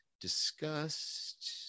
discussed